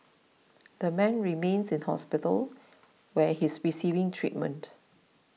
the man remains in hospital where he's receiving treatment